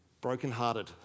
brokenhearted